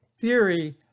theory